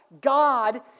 god